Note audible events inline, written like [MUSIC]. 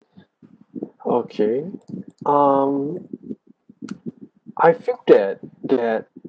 okay um [NOISE] I feel that that